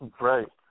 Right